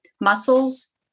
muscles